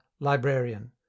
librarian